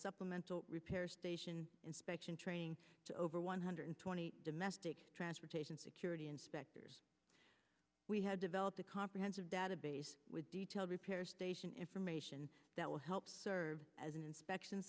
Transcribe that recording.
supplemental repair station inspection training to over one hundred twenty domestic transportation security inspectors we had developed a comprehensive database with detailed repair station information that will help serve as an inspection